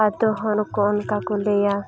ᱟᱹᱛᱩ ᱦᱚᱲᱠᱚ ᱚᱱᱠᱟ ᱠᱚ ᱞᱟᱹᱭᱟ